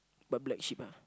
but black sheep ah